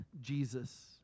Jesus